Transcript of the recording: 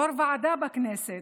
יו"ר ועדה בכנסת,